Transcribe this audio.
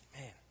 Man